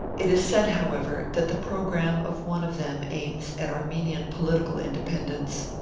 it is said, however, that the pro gramme of one of them aims at armenian political independence.